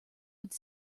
would